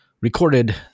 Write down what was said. recorded